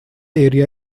area